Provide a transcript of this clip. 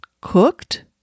cooked